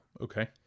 Okay